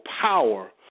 power